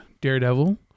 Daredevil